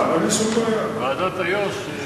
ועדת איו"ש.